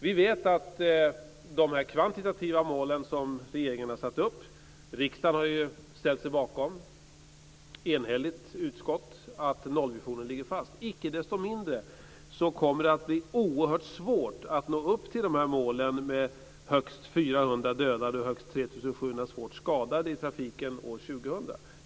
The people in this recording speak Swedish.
Vi vet att det kommer att bli oerhört svårt att nå upp till de kvantitativa mål som regeringen har satt upp, och som riksdagen och ett enhälligt utskott har ställt sig bakom, om att nollvisionen ligger fast med högst 400 2000.